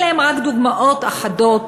אלה רק דוגמאות אחדות